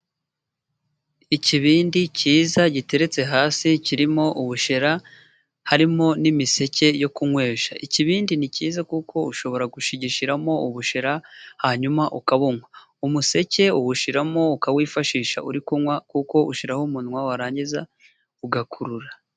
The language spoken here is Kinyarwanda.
Ikibindi cyiza giteretse hasi kirimo ubushera harimo n'imiseke yo kunywesha. Ikibindi ni cyiza kuko ushobora gushigishiramo ubushera hanyuma ukabunywa. Umuseke uwushyiramo ukawifashisha uri kunywa kuko ushyiraho umunwa warangiza ugakurura.